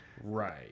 Right